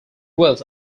wheels